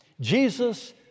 Jesus